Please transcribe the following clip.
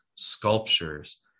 sculptures